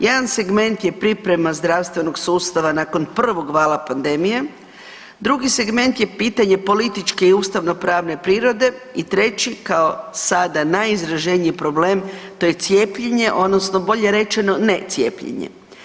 Jedan segment je priprema zdravstvenog sustava nakon prvog vala pandemije, drugi segment je pitanje političke i ustavno-pravne prirode i treći, kao sada najizraženiji je problem, to je cijepljenje odnosno bolje rečeno necijepljenje.